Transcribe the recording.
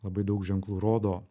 labai daug ženklų rodo